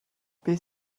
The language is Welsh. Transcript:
beth